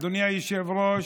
אדוני היושב-ראש,